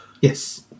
yes